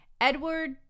Edward